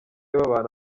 babana